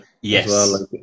yes